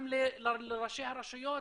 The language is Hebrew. גם לראשי הרשויות,